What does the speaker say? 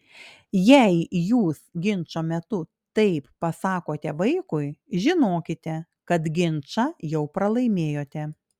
jei jūs ginčo metu taip pasakote vaikui žinokite kad ginčą jau pralaimėjote